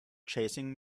chasing